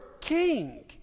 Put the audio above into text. king